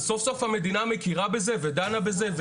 אז סוף סוף המדינה מכירה בזה ודנה בזה,